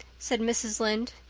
said mrs. lynde.